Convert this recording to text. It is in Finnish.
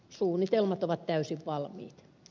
suunnitelmat ovat täysin valmiit